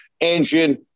engine